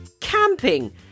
camping